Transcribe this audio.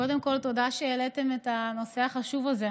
קודם כול תודה שהעליתם את הנושא החשוב הזה.